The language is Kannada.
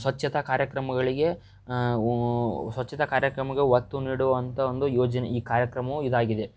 ಸ್ವಚ್ಛತಾ ಕಾರ್ಯಕ್ರಮಗಳಿಗೆ ಒ ಸ್ವಚ್ಛತಾ ಕಾರ್ಯಕ್ರಮಕ್ಕೆ ಒತ್ತು ನೀಡುವಂಥ ಒಂದು ಯೋಜನೆ ಈ ಕಾರ್ಯಕ್ರಮವು ಇದಾಗಿದೆ